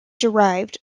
derived